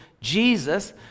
Jesus